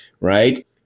right